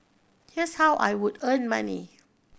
here's how I would earn money